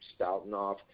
Stoutenoff